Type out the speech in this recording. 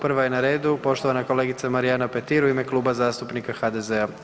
Prva je na redu poštovana kolegica Marijana Petir u ime Kluba zastupnika HDZ-a.